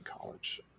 college